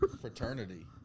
fraternity